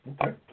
Okay